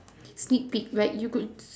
sneak peek right you could s~